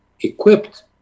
equipped